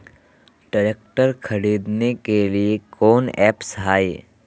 Tractor खरीदने के लिए कौन ऐप्स हाय?